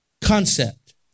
concept